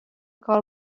کار